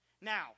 Now